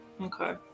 Okay